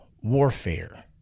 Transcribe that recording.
warfare